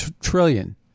trillion